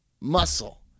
muscle